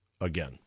again